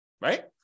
Right